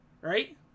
Right